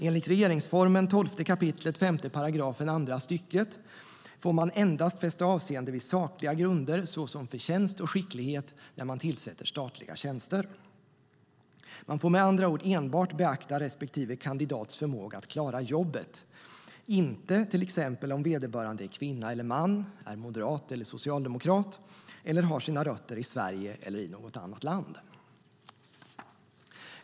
Enligt regeringsformens 12 kap. 5 § andra stycket får man fästa avseende endast vid sakliga grunder såsom förtjänst och skicklighet när man tillsätter statliga tjänster. Man får med andra ord enbart beakta respektive kandidats förmåga att klara jobbet, inte till exempel om vederbörande är kvinna eller man, är moderat eller socialdemokrat eller har sina rötter i Sverige eller i något annat land.